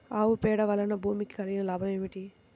ఆవు పేడ వలన భూమికి కలిగిన లాభం ఏమిటి?